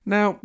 Now